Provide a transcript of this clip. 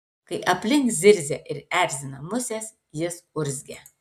kai aplink zirzia ir erzina musės jis urzgia